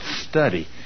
study